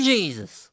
Jesus